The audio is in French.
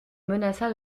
menaça